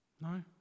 No